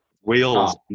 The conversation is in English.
Wheels